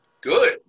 good